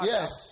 Yes